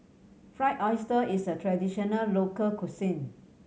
Fried Oyster is a traditional local cuisine